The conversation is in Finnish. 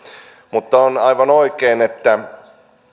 mutta on aivan oikein että